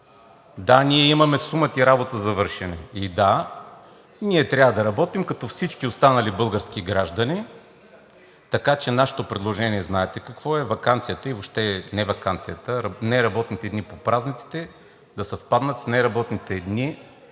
да, ние имаме сума ти работа за вършене и да, ние трябва да работим като всички останали български граждани. Така че нашето предложение знаете какво е – ваканцията и въобще неработните дни по празниците да съвпаднат с неработните дни